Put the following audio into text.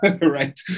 right